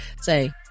say